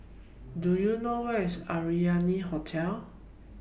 Do YOU know Where IS Arianna Hotel